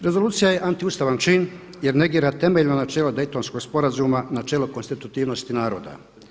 Rezolucija je antiustavan čin, jer negira temeljno načelo Daytonskog sporazuma na čelo konstitutivnosti naroda.